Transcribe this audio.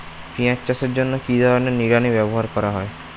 পিঁয়াজ চাষের জন্য কি ধরনের নিড়ানি ব্যবহার করা হয়?